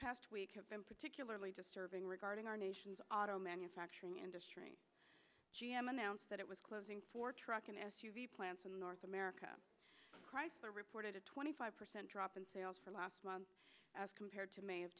past week have been particularly disturbing regarding our nation's auto manufacturing industry g m announced that it was closing four truck and s u v plants in north america chrysler reported a twenty five percent drop in sales from last month as compared to may of